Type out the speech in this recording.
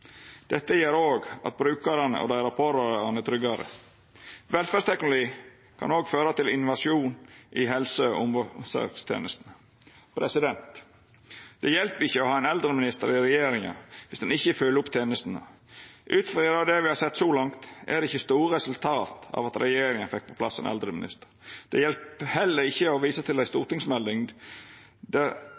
Dette gjer òg at brukarane og deira pårørande er tryggare. Velferdsteknologi kan òg føra til innovasjon i helse- og omsorgstenestene. Det hjelper ikkje å ha ein eldreminister i regjeringa viss ein ikkje følgjer opp tenestene. Ut frå det me har sett så langt, er det ikkje store resultat av at regjeringa fekk på plass ein eldreminister. Det hjelper heller ikkje å visa til ei stortingsmelding